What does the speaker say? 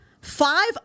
five